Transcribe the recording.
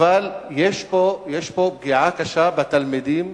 אבל יש פה פגיעה קשה בתלמידים,